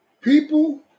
People